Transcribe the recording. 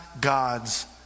God's